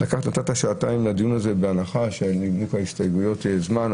נתת שעתיים לדיון הזה בהנחה שלנימוק ההסתייגויות יהיה זמן.